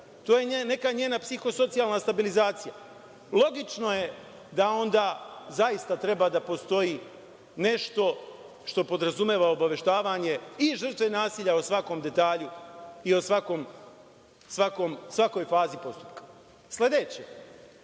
To je neka njena psiho-socijalna stabilizacija. Logično je da onda zaista treba da postoji nešto što podrazumeva obaveštavanje i žrtve nasilja o svakom detalju i o svakoj fazi postupka. Sledeće,